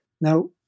Now